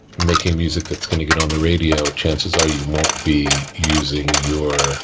making music that's gonna get on the radio, chances are, you won't be using your